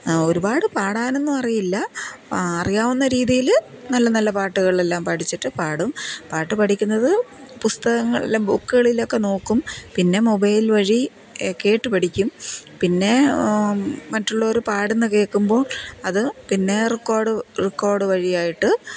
ഒരുപാട് പാടാനൊന്നും അറിയില്ല അറിയാവുന്ന രീതിയില് നല്ല നല്ല പാട്ടുകളെല്ലാം പഠിച്ചിട്ട് പാടും പാട്ട് പഠിക്കുന്നത് പുസ്തകങ്ങളില് ബുക്കുകളിലൊക്കെ നോക്കും പിന്നെ മൊബൈൽ വഴി കേട്ടുപഠിക്കും പിന്നേ മറ്റുള്ളവർ പാടുന്നതു കേൾക്കുമ്പോള് അത് പിന്നെ റെക്കോർഡ് റെക്കോർഡ് വഴിയായിട്ട്